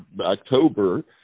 October